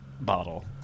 bottle